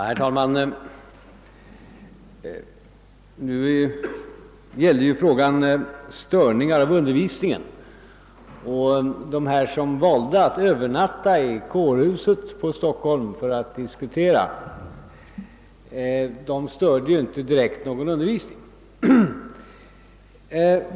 Herr talman! Frågan gällde ju störningar av undervisningen. De studenter som valde att övernatta i kårhuset i Stockholm för att diskutera störde inte direkt någon undervisning.